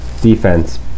defense